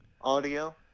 audio